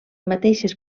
mateixes